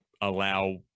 allow